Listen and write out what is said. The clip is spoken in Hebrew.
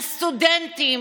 הסטודנטים,